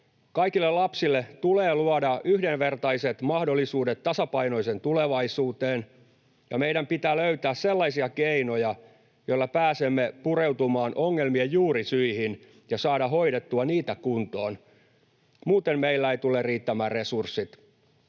Kaikille lapsille tulee luoda yhdenvertaiset mahdollisuudet tasapainoiseen tulevaisuuteen, ja meidän pitää löytää sellaisia keinoja, joilla pääsemme pureutumaan ongelmien juurisyihin, ja saada hoidettua niitä kuntoon. Muuten meillä eivät tule riittämään resurssit.